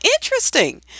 interesting